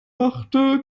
machte